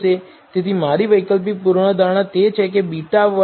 તેથી મારી વૈકલ્પિક પૂર્વધારણા તે છે કે β̂ 1